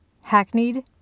Hackneyed